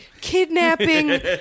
kidnapping